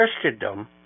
Christendom